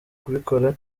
kubikora